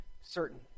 certain